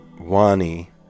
wani